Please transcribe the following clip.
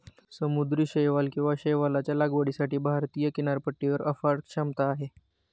समुद्री शैवाल किंवा शैवालच्या लागवडीसाठी भारतीय किनारपट्टीवर अफाट क्षमता आहे